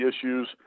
issues